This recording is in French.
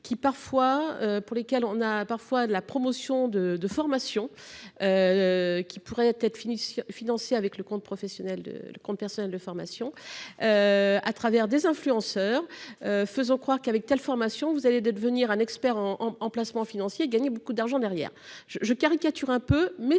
pour lesquels on a parfois de la promotion de de formation. Qui pourrait être fini. Avec le compte professionnel de le compte personnel de formation. À travers des influenceurs faisant croire qu'avec telle formation. Vous allez devenir un expert en en placements financiers. Gagner beaucoup d'argent derrière je je caricature un peu mais